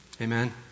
Amen